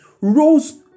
rose